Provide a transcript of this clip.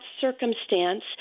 circumstance